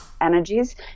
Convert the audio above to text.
energies